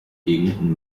gegen